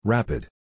Rapid